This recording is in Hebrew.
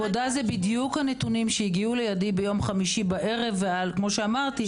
אלה בדיוק הנתונים שהגיעו לידי ביום חמישי בערב וכמו שאמרתי,